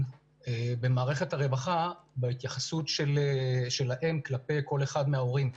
במערכת הרווחה בהתייחסות שלהם כלפי כל אחד מההורים.